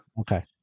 Okay